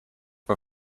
for